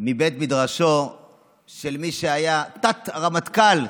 מבית מדרשו של מי שהיה תת-רמטכ"ל,